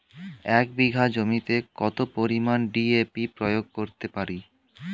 এক বিঘা জমিতে কত পরিমান ডি.এ.পি প্রয়োগ করতে পারি?